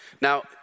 Now